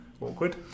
Awkward